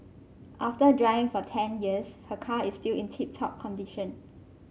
after driving for ten years her car is still in tip top condition